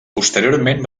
posteriorment